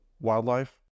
wildlife